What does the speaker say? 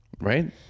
right